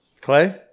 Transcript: Clay